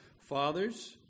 Fathers